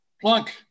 Plunk